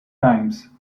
times